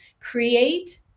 create